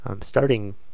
starting